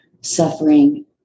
suffering